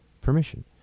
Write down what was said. permission